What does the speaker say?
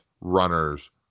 runners